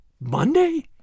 Monday